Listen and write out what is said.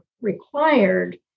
required